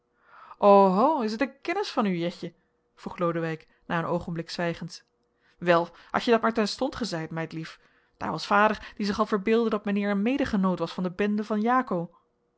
o ho is het een kennis van u jetje vroeg lodewijk na een oogenblik zwijgens wel had je dat maar terstond gezeid meidlief daar was vader die zich al verbeeldde dat mijnheer een medegenoot was van de bende van jaco